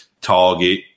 Target